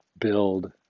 Build